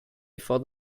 before